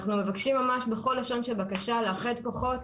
אנחנו מבקשים ממש בכל לשון של בקשה לאחד כוחות,